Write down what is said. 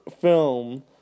film